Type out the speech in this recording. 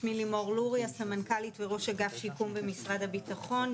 אני סמנכ"לית וראש אגף שיקום במשרד הביטחון,